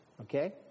Okay